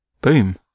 Boom